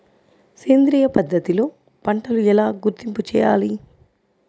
సేంద్రియ పద్ధతిలో పంటలు ఎలా గుర్తింపు చేయాలి?